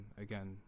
again